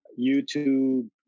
YouTube